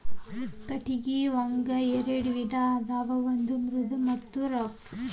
ಕಟಗಿ ಒಂಗ ಎರೆಡ ವಿಧಾ ಅದಾವ ಒಂದ ಮೃದು ಮತ್ತ ರಫ್